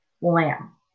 lamb